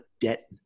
debt